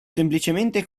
semplicemente